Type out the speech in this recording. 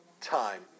time